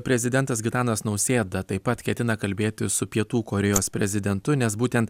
prezidentas gitanas nausėda taip pat ketina kalbėtis su pietų korėjos prezidentu nes būtent